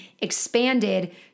expanded